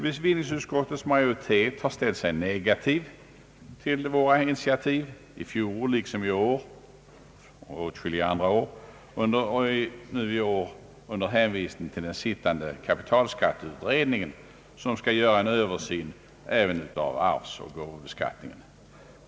Bevillningsutskottets majoritet har ställt sig negativ till våra initiativ i fjol liksom i år och åtskilliga andra år — och nu i år under hänvisning till den pågående kapitalskatteutredningen som skall göra en översyn även av arvsoch gåvobeskattningen.